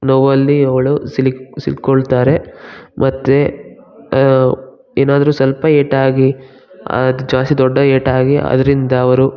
ನೋವಲ್ಲಿ ಅವಳು ಸಿಲುಕಿ ಸಿಲ್ಕೊಳ್ತಾರೆ ಮತ್ತು ಏನಾದ್ರು ಸ್ವಲ್ಪ ಏಟಾಗಿ ಅದು ಜಾಸ್ತಿ ದೊಡ್ಡ ಏಟಾಗಿ ಅದರಿಂದ ಅವರು